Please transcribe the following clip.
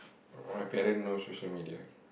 oh my parent know social media